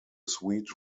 sweet